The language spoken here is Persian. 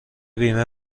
بیمه